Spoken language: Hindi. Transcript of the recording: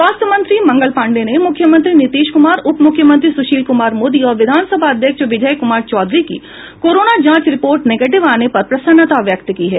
स्वास्थ्य मंत्री मंगल पाण्डेय ने मुख्यमंत्री नीतीश कुमार उपमुख्यमंत्री सुशील कुमार मोदी और विधानसभा अध्यक्ष विजय कुमार चौधरी की कोरोना जांच रिपोर्ट निगेटिव आने पर प्रसन्नता व्यक्त की है